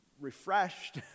refreshed